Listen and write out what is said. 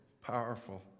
powerful